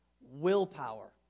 Willpower